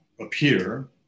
appear